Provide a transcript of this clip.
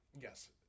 Yes